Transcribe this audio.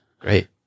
Great